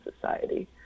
society